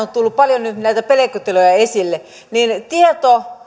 on tullut nyt paljon näitä pelkotiloja esille niin tieto